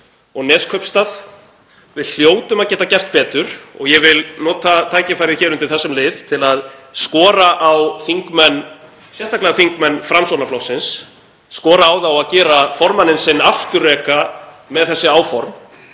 og Neskaupstað. Við hljótum að geta gert betur og ég vil nota tækifærið hér undir þessum lið til að skora á þingmenn, sérstaklega þingmenn Framsóknarflokksins, að gera formanninn sinn afturreka með þessi áform,